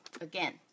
again